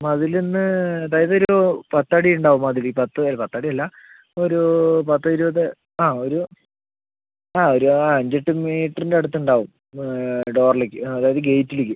മതിലിന് അതായത് ഒരു പത്ത് അടി ഉണ്ടാവും മതില് പത്ത് ഒര് പത്ത് അടി അല്ല ഒരു പത്ത് ഇരുപത് ആ ഒരു ആ ഒര് അഞ്ച് എട്ട് മീറ്ററിൻ്റ അടിത്ത് ഉണ്ടാവും ഡോറിലേക്ക് അതായത് ഗേറ്റിലേക്ക്